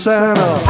Santa